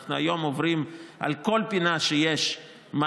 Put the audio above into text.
היום אנחנו עוברים על כל פינה שיש בה